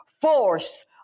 force